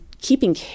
keeping